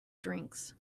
drinks